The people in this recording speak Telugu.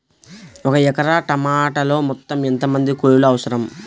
ఒక ఎకరా టమాటలో మొత్తం ఎంత మంది కూలీలు అవసరం?